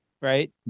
right